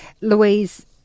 Louise